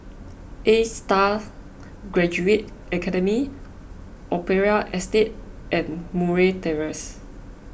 A Star Graduate Academy Opera Estate and Murray Terrace